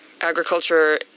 agriculture